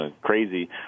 crazy